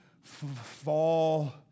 fall